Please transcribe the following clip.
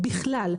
בכלל.